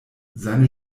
seine